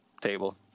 table